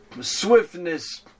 swiftness